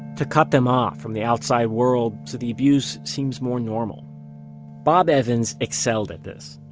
to cut them off from the outside world so the abuse seems more normal bob evans excelled at this.